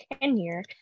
tenure